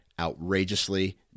outrageously